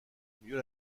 mieux